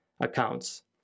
accounts